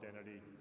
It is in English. identity